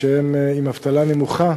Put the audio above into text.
שהם עם אבטלה נמוכה